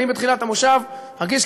שאני בתחילת המושב אגיש,